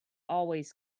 always